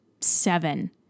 seven